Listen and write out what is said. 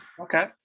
Okay